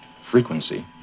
frequency